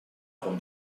com